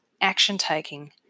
action-taking